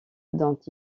dont